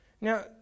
Now